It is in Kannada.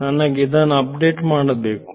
ನನಗೆ ಇದನ್ನು ಅಪ್ಡೇಟ್ ಮಾಡಬೇಕು